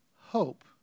hope